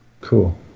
Cool